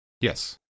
Yes